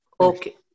okay